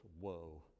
Whoa